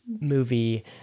movie